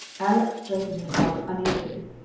alex straightened herself uneasily.